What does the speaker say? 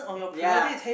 ya